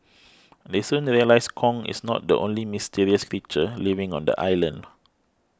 they soon realise Kong is not the only mysterious creature living on the island